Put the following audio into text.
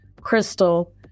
Crystal